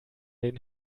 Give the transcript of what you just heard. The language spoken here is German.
den